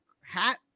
hat